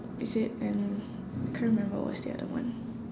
is it and I can't remember what's the other one